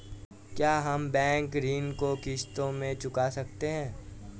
क्या हम बैंक ऋण को किश्तों में चुका सकते हैं?